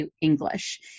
English